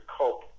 cope